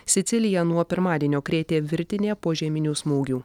siciliją nuo pirmadienio krėtė virtinė požeminių smūgių